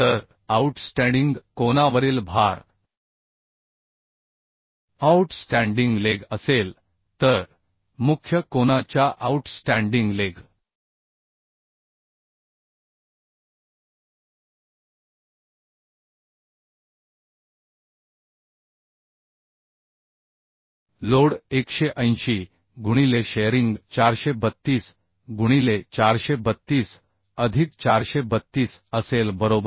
तर आऊटस्टँडिंग कोनावरील भार आउटस्टॅण्डिंग लेग असेल तर मुख्य कोना च्या आउटस्टॅण्डिंग लेग लोड 180 गुणिले शेअरिंग 432 गुणिले 432 अधिक 432 असेल बरोबर